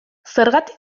zergatik